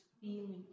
feeling